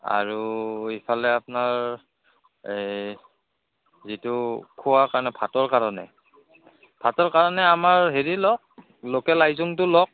আৰু এইফালে আপোনাৰ এই যিটো খোৱা কাৰণে ভাতৰ কাৰণে ভাতৰ কাৰণে আমাৰ হেৰি লওক লোকেল আইজংটো লওক